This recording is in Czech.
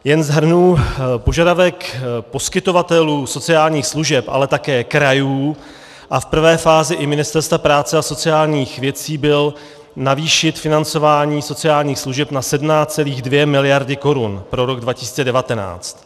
Jen shrnu, požadavek poskytovatelů sociálních služeb, ale také krajů a v prvé fázi i Ministerstva práce a sociálních věcí byl navýšit financování sociálních služeb na 17,2 mld. korun pro rok 2019.